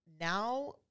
now